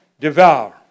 devour